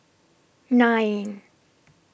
nine